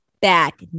back